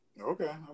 Okay